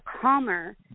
calmer